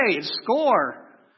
score